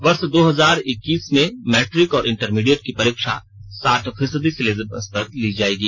वर्ष दो हजार इक्कीस में मैट्रिक और इंटरमीडिएट की परीक्षा साठ फीसदी सिलेबस पर ली जाएगी